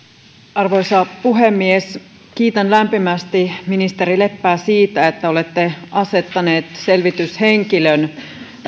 arvoisa puhemies kiitän lämpimästi ministeri leppää siitä että olette asettanut selvityshenkilön